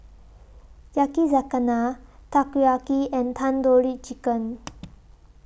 Yakizakana Takoyaki and Tandoori Chicken